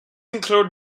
include